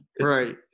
Right